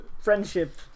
friendship